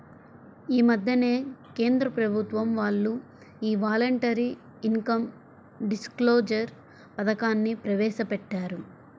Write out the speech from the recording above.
యీ మద్దెనే కేంద్ర ప్రభుత్వం వాళ్ళు యీ వాలంటరీ ఇన్కం డిస్క్లోజర్ పథకాన్ని ప్రవేశపెట్టారు